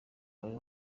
wari